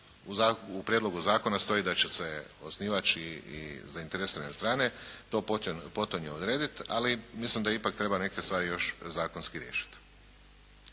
U prijedlogu zakona stoji da će se osnivač i zainteresirane strane to potonje odrediti, ali mislim da ipak treba neke stvari još zakonski riješiti.